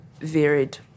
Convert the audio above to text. varied